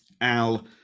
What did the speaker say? Al